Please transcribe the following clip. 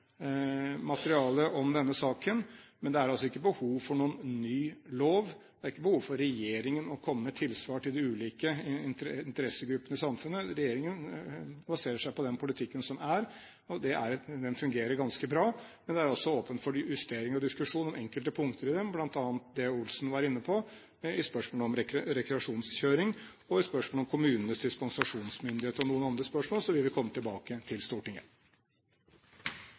materiale om denne saken. Men det er altså ikke behov for noen ny lov. Det er ikke behov for regjeringen å komme med tilsvar til de ulike interessegruppene i samfunnet. Regjeringen baserer seg på den politikken som er. Den fungerer ganske bra, men det er også åpent for justeringer og diskusjon om enkelte punkter, bl.a. det Knut Magnus Olsen var inne på i spørsmålet om rekreasjonskjøring. Når det gjelder spørsmålet om kommunenes dispensasjonsmyndighet og noen andre spørsmål, vil vi komme tilbake igjen til Stortinget.